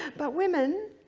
but, women,